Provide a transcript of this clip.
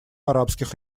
арабских